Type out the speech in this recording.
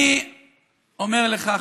אני אומר לך,